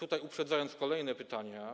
Uprzedzając kolejne pytania.